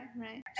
right